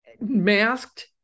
masked